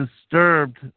disturbed